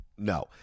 No